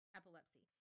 epilepsy